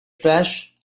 trash